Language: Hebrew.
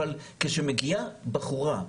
אבל כשמגיעה בחורה,